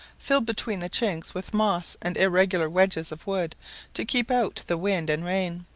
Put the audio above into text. filled between the chinks with moss and irregular wedges of wood to keep out the wind and rain.